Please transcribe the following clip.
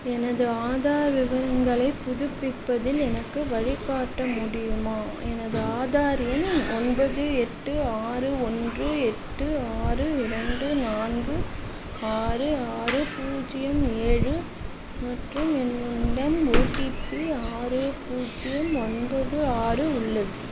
எனது ஆதார் விவரங்களைப் புதுப்பிப்பதில் எனக்கு வழிகாட்ட முடியுமா எனது ஆதார் எண் ஒன்பது எட்டு ஆறு ஒன்று எட்டு ஆறு இரண்டு நான்கு ஆறு ஆறு பூஜ்ஜியம் ஏழு மற்றும் என்னிடம் ஓடிபி ஆறு பூஜ்ஜியம் ஒன்பது ஆறு உள்ளது